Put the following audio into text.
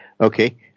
Okay